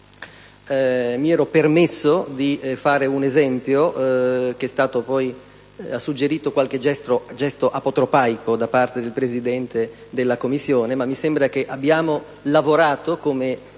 Mi ero permesso di fare un esempio, che ha suggerito qualche gesto apotropaico da parte del Presidente della 5a Commissione. Mi sembra, però, che abbiamo lavorato come